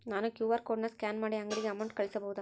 ನಾನು QR code scan ಮಾಡಿ ಅಂಗಡಿಗೆ ಅಮೌಂಟ್ ಕಳಿಸಬಹುದಾ?